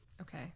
Okay